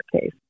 case